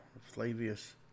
Flavius